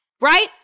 right